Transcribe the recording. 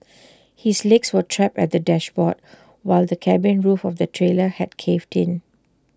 his legs were trapped at the dashboard while the cabin roof of the trailer had caved in